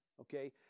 Okay